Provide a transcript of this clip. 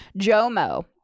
JOMO